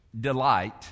delight